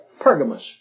Pergamos